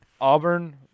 Auburn